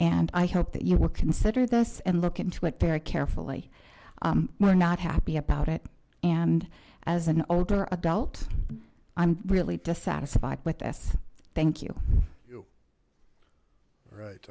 and i hope that you would consider this and look into it perry carefully we're not happy about it and as an older adult i'm really dishonest with us thank you right